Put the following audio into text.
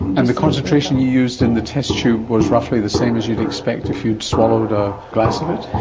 and the concentration you used in the test tube was roughly the same as you'd expect if you'd swallowed a glass of it?